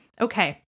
Okay